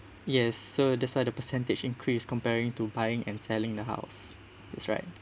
yes so that's why the percentage increase comparing to buying and selling the house that's right